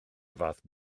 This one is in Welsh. fath